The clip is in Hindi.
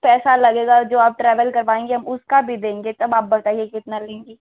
पैसा लगेगा जो आप ट्रैवल करवाएंगे या उसका भी देंगे तब आप बताइए कितना लीजिए